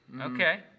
Okay